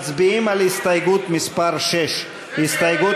מצביעים על הסתייגות מס' 6. ההסתייגות